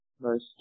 Verse